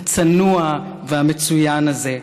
הצנוע והמצוין הזה,